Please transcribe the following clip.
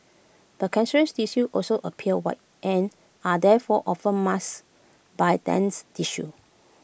but cancerous tissues also appear white and are therefore often masked by dense tissues